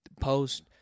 post-